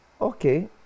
Okay